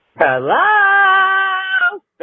Hello